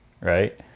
right